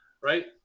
right